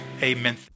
amen